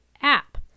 app